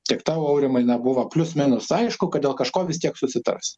kiek tau aurimai na buvo plius minus aišku kad dėl kažko vis tiek susitars